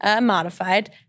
modified